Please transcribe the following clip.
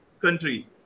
country